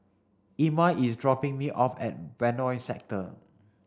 Irma is dropping me off at Benoi Sector